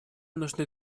нужны